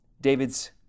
David's